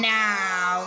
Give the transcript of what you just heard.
now